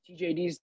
TJD's